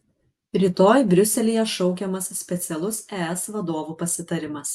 rytoj briuselyje šaukiamas specialus es vadovų pasitarimas